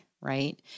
right